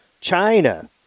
China